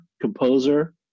composer